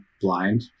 blind